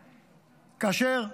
כאשר,